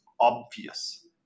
obvious